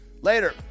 Later